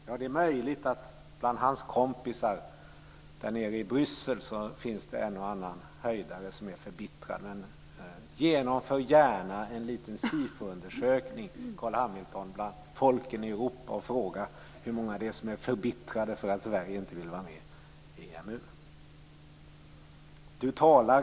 Ja, det är möjligt att det bland hans kompisar nere i Bryssel finns en och annan höjdare som är förbittrad. Genomför gärna, Carl Hamilton, en liten SIFO-undersökning bland folken i Europa och fråga hur många som är förbittrade över att Sverige inte vill vara med i EMU!